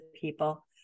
People